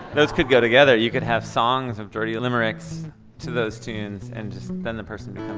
those could go together you could have songs of dirty limericks to those tunes, and then the person